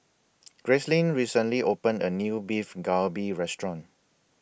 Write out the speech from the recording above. Gracelyn recently opened A New Beef Galbi Restaurant